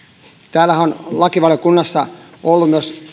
täällähän on lakivaliokunnassa ollut myös